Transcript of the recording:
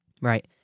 Right